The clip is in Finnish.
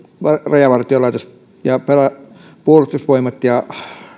rajavartiolaitos ja puolustusvoimat ja